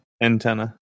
Antenna